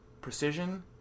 precision